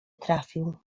trafił